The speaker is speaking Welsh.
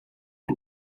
yng